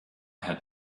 had